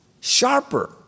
sharper